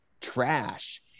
trash